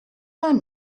i’m